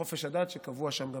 בחופש הדת, שקבוע שם בחוקה,